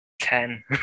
Ten